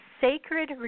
Sacred